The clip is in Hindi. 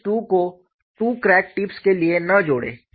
इस 2 को 2 क्रैक टिप्स के लिए न जोड़ें